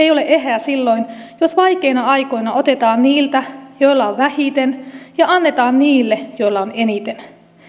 ei ole eheä silloin jos vaikeina aikoina otetaan niiltä joilla on vähiten ja annetaan niille joilla on eniten